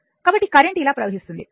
కాబట్టి కరెంట్ ఇలా ప్రవహిస్తుంది